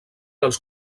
els